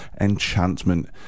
enchantment